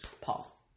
Paul